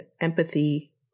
empathy